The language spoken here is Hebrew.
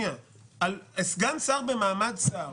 סגן שר במעמד שר